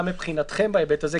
אפילו לא חייבנו אותה לקבל החלטה.